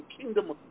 kingdom